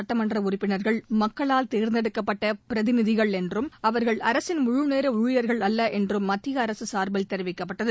சட்டமன்ற உறுப்பினர்கள் மக்களால் தேர்ந்தெடுக்கப்பட்ட பிரதிநிதிகள் என்றும் அவர்கள் அரசின் முழு நேர ஊழியர்கள் அல்ல என்றும் மத்திய அரசு சார்பில் தெரிவிக்கப்பட்டது